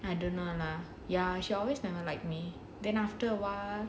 I don't know lah ya she always never like me then after awhile